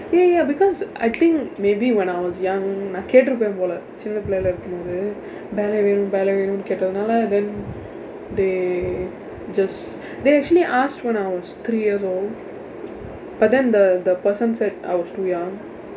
ya ya because I think maybe when I was young நான் கேட்டிருப்பேன் போல சின்ன பிள்ளையில இருக்கும் போது:naan kaetirupen pola sinna pillayila irukkum pothu ballet வேணும்:veenum ballet வேணும் கேட்டதுனால:veenum keetdathunaala then they just they actually asked when I was three years old but then the the person said I was too young